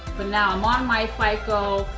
but now i'm on myfico,